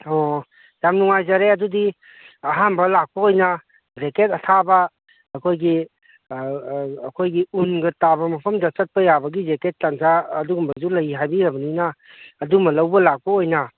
ꯑꯣ ꯌꯥꯝ ꯅꯨꯡꯉꯥꯏꯖꯔꯦ ꯑꯗꯨꯗꯤ ꯑꯍꯥꯝꯕ ꯂꯥꯛꯄ ꯑꯣꯏꯅ ꯖꯦꯀꯦꯠ ꯑꯊꯥꯕ ꯑꯩꯈꯣꯏꯒꯤ ꯑꯩꯈꯣꯏꯒꯤ ꯎꯟꯒ ꯇꯥꯕ ꯃꯐꯝꯗ ꯆꯠꯄ ꯌꯥꯕꯒꯤ ꯖꯦꯛꯀꯦꯠ ꯇꯟꯖꯥ ꯑꯗꯨꯒꯨꯝꯕꯁꯨ ꯂꯩ ꯍꯥꯏꯕꯤꯔꯕꯅꯤꯅ ꯑꯗꯨꯝꯃ ꯂꯧꯕ ꯂꯥꯛꯄ ꯑꯣꯏꯅ